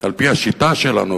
על-פי השיטה שלנו,